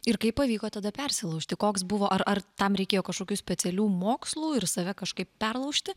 ir kaip pavyko tada persilaužti koks buvo ar ar tam reikėjo kažkokių specialių mokslų ir save kažkaip perlaužti